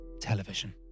television